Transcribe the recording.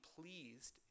pleased